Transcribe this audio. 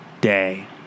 day